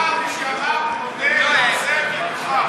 כבר אמר מי שאמר: מודה ועוזב ירוחם.